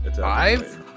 Five